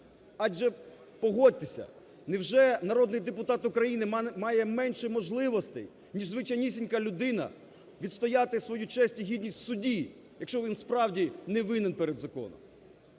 Адже, погодьтеся, невже народний депутат України має менше можливостей, ніж звичайнісінька людина відстояти свою честь і гідність в суді, якщо він справді не винен перед законом.